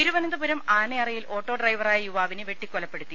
തിരുവനന്തപുരം ആനയറയിൽ ഓട്ടോ ഡ്രൈവറായ യുവാവിനെ വെട്ടിക്കൊലപ്പെടുത്തി